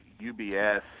UBS